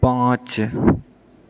पाँच